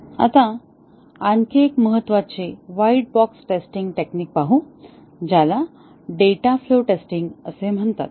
आता आणखी एक महत्वाचे व्हाईट बॉक्स टेस्टिंग टेक्निक पाहू ज्याला डेटा फ्लो टेस्टिंग म्हणतात